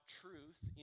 truth